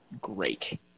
great